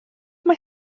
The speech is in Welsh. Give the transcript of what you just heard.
mae